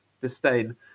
disdain